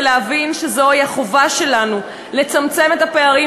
ולהבין שזו החובה שלנו לצמצם את הפערים